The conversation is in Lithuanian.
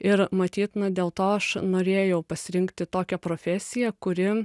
ir matyt na dėl to aš norėjau pasirinkti tokią profesiją kuri